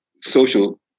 social